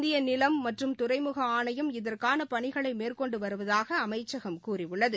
இந்தியநிலம் மற்றும் துறைமுக ஆணையம் இதற்கானபணிகளைமேற்கொண்டுவருவதாக அமைச்சகம் கூறியுள்ளது